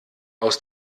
aus